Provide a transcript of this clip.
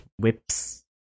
whips